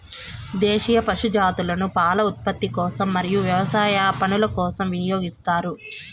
దేశీయ పశు జాతులను పాల ఉత్పత్తి కోసం మరియు వ్యవసాయ పనుల కోసం వినియోగిస్తారు